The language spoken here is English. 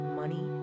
money